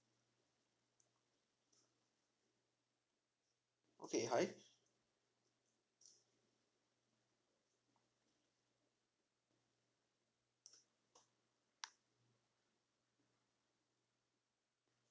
okay hi